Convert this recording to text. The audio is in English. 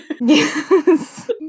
Yes